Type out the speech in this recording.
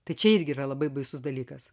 tai čia irgi yra labai baisus dalykas